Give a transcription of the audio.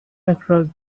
across